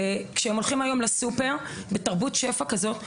כשהם הולכים היום לסופר בתרבות שפע כזאת,